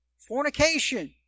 Fornication